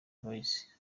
boys